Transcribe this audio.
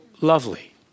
lovely